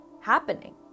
happening